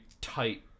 tight